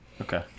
okay